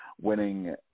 winning